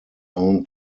own